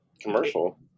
commercial